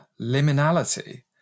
liminality